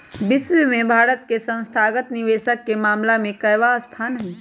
विश्व में भारत के संस्थागत निवेशक के मामला में केवाँ स्थान हई?